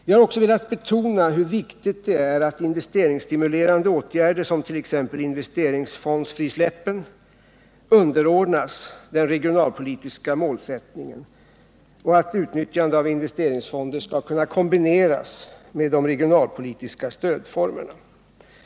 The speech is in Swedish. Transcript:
Vi har också velat betona hur viktigt det är att investeringsstimulerande åtgärder som t.ex. investeringsfondsfrisläppen underordnas den regionalpolitiska målsättningen och att utnyttjande av investeringsfonder skall kunna kombineras med de regionalpolitiska stödformerna.